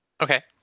Okay